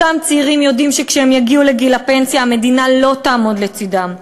אותם צעירים יודעים שכשהם יגיעו לגיל הפנסיה המדינה לא תעמוד לצדם.